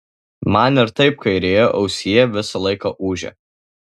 man ir taip kairėje ausyje visą laiką ūžia